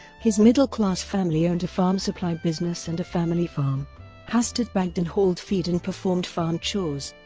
his middle-class family owned a farm supply business and a family farm hastert bagged and hauled feed and performed farm chores.